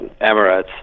Emirates